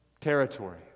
territory